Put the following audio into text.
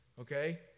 Okay